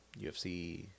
UFC